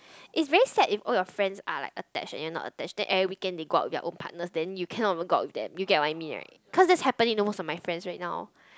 it's very sad if all your friends are like attached and you're not attached then every weekend they go out with their own partners then you cannot even go out with them you get what I mean right cause that's happening to most of my friends right now